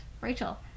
Rachel